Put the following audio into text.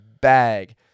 bag